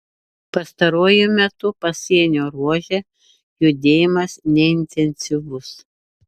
pastaruoju metu pasienio ruože judėjimas neintensyvus